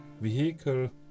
vehicle